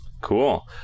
Cool